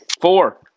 Four